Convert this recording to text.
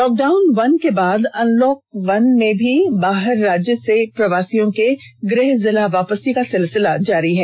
lockdown one के बाद unlock one में भी बाहर राज्य से प्रवासियों का गृहजिला वापसी का सिलसिला जारी है